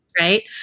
right